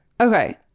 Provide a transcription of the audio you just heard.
Okay